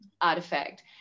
artifact